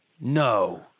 No